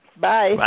Bye